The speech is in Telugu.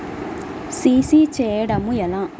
సి.సి చేయడము ఎలా?